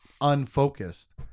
unfocused